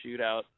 shootout